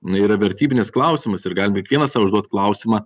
na yra vertybinis klausimas ir galim kiekvienas sau užduot klausimą